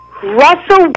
Russell